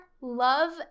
Love